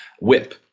whip